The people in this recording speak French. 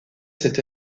cet